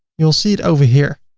you'll see it over here.